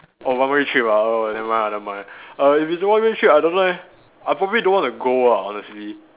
oh one way trip ah oh never mind ah never mind err if it's a one way trip I don't know leh I probably don't want to go ah honestly